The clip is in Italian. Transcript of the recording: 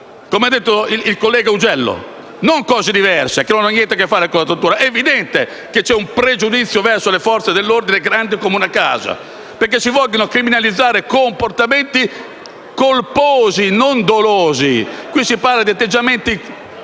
come ha detto il collega Augello, e non cose diverse che non hanno niente a che fare con la tortura. È evidente che c'è un pregiudizio verso le Forze dell'ordine grande come una casa, perché si vogliono criminalizzare comportamenti colposi, non dolosi. Qui si parla di atteggiamenti,